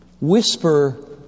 whisper